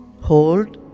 Hold